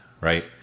right